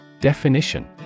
Definition